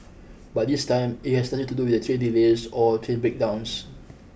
but this time it has nothing to do with train delays or train breakdowns